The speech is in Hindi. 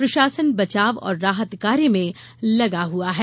प्रशासन बचाव और राहत कार्य में लगा हुआ है